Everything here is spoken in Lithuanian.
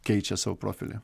keičia savo profilį